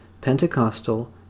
Pentecostal